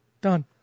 done